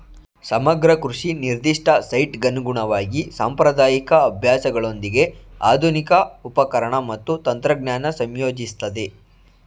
ಸಮಗ್ರ ಕೃಷಿ ನಿರ್ದಿಷ್ಟ ಸೈಟ್ಗನುಗುಣವಾಗಿ ಸಾಂಪ್ರದಾಯಿಕ ಅಭ್ಯಾಸಗಳೊಂದಿಗೆ ಆಧುನಿಕ ಉಪಕರಣ ಮತ್ತು ತಂತ್ರಜ್ಞಾನ ಸಂಯೋಜಿಸ್ತದೆ